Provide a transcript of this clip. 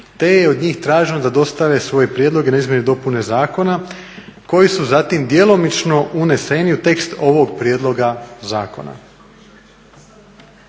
te je od njih traženo da dostave svoje prijedloge na izmjene i dopune zakona koji su zatim djelomično uneseni u tekst ovog prijedloga zakona.